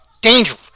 danger